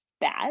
bad